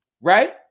right